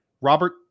Robert